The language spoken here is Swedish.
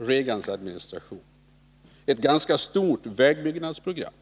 Reagans administration t.ex. ett ganska stort vägbyggnadsprogram.